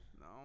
no